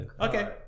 Okay